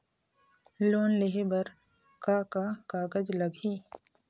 Loan लेहे बर का का कागज लगही?